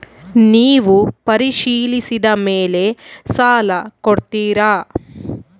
ನೇವು ಪರಿಶೇಲಿಸಿದ ಮೇಲೆ ಸಾಲ ಕೊಡ್ತೇರಾ?